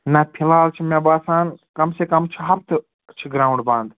نہَ فِلحال چھُ مےٚ باسان کَم سے کَم چھُ ہفتہٕ چھُ گرٛاوُنٛڈ بنٛد